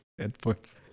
endpoints